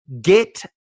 get